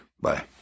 Bye